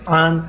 on